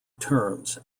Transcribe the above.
terms